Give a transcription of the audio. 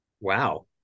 Wow